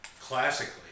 classically